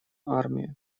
армию